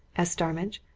asked starmidge.